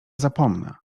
zapomnę